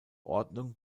ordnung